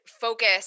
focus